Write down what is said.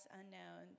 unknown